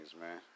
man